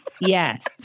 Yes